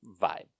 vibe